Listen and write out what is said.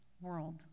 world